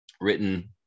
written